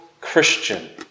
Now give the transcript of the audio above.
Christian